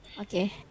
Okay